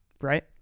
Right